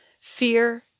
Fear